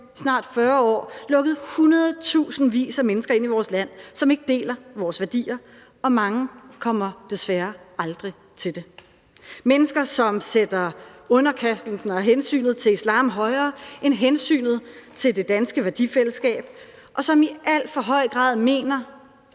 snart 40 år lukket hundredtusindvis af mennesker ind i vores land, som ikke deler vores værdier, og mange kommer desværre aldrig til det, mennesker, som sætter underkastelsen og hensynet til islam højere end hensynet til det danske værdifællesskab, og som i alt for høj grad mener,